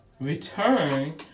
return